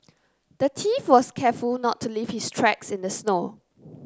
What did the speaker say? the thief was careful not to leave his tracks in the snow